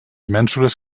mènsules